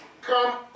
come